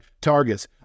targets